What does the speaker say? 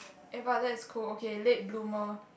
eh but that's cool okay late bloomer